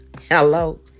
Hello